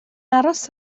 aros